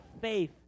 faith